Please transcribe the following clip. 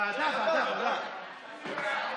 ועדה, ועדה.